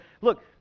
look